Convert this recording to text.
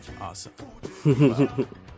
awesome